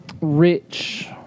Rich